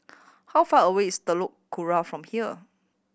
how far away is Telok Kurau from here